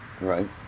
right